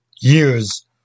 years